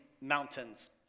mountains